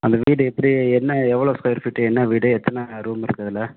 அந்த வீடு எப்படி என்ன எவ்வளோ ஸ்கொயர் ஃபீட்டு என்ன வீடு எத்தனை ரூமு இருக்கு அதில்